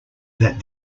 that